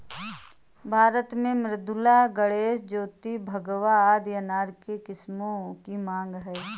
भारत में मृदुला, गणेश, ज्योति, भगवा आदि अनार के किस्मों की मांग है